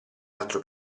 altro